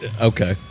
Okay